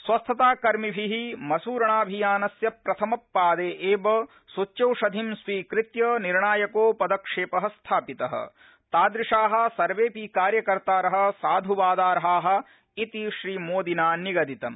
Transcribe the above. स्वस्थताकर्मिभि मसुरणाभियानस्य प्रथमपादे एव सुच्यौषधिं स्वीकृत्य निर्णायको पदक्षेप स्थापित तादृशा सर्वेऽपि कार्यकर्तार साधुवादार्हा इति श्रीमोदिना निगदितम्